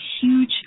huge